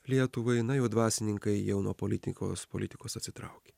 lietuvai na jau dvasininkai jau nuo politikos politikos atsitraukė